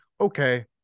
okay